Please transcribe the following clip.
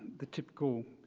the typical